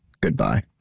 Goodbye